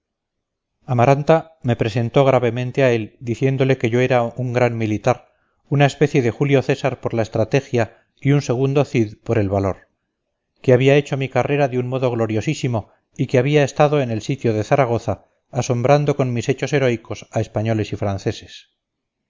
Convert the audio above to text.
amaranta me presentó gravemente a él diciéndole que yo era un gran militar una especie de julio césar por la estrategia y un segundo cid por el valor que había hecho mi carrera de un modo gloriosísimo y que había estado en el sitio de zaragoza asombrando con mis hechos heroicos a españoles y franceses